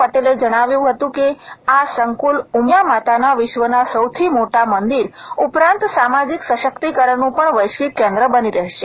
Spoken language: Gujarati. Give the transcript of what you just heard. પટેલે જણાવ્યું હતું કે આ સંકુલ ઉમિયા માતાના વિશ્વના સૌથી મોટા મંદિર ઉપરાંત સામાજિક સશક્તિકરણનું પણ વૈશ્વિક કેન્દ્ર બની રહેશે